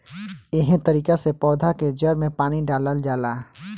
एहे तरिका से पौधा के जड़ में पानी डालल जाला